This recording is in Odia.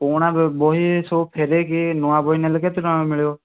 ପୁରୁଣା ବହି ସବୁ ଫେରେଇକି ନୂଆ ବହି ନେଲେ କେତେ ଟଙ୍କା ମିଳିବ